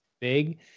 big